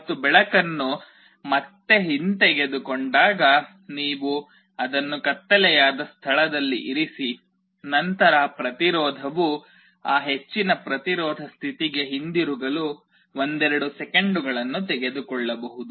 ಮತ್ತು ಬೆಳಕನ್ನು ಮತ್ತೆ ಹಿಂತೆಗೆದುಕೊಂಡಾಗ ನೀವು ಅದನ್ನು ಕತ್ತಲೆಯಾದ ಸ್ಥಳದಲ್ಲಿ ಇರಿಸಿ ನಂತರ ಪ್ರತಿರೋಧವು ಆ ಹೆಚ್ಚಿನ ಪ್ರತಿರೋಧ ಸ್ಥಿತಿಗೆ ಹಿಂತಿರುಗಲು ಒಂದೆರಡು ಸೆಕೆಂಡುಗಳನ್ನು ತೆಗೆದುಕೊಳ್ಳಬಹುದು